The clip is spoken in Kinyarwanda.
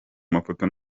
amafoto